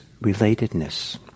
relatedness